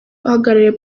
uhagarariye